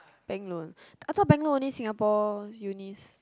bank loan I think bank loan is only Singapore uni